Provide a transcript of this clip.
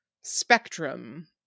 spectrum